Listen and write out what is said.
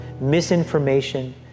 misinformation